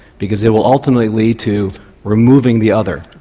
because it will ultimately lead to removing the other.